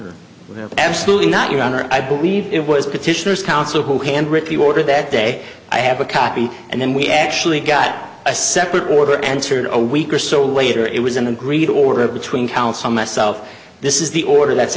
absolutely not your honor i believe it was petitioners counsel who handgrip you order that day i have a copy and then we actually got a separate order answered a week or so later it was an agreed order between counsel myself this is the order that's